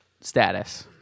status